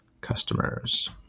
customers